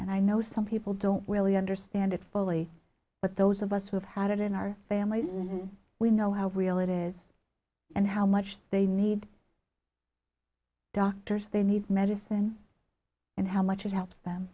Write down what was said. and i know some people don't really understand it fully but those of us who have had it in our families and we know how real it is and how much they need doctors they need medicine and how much it helps them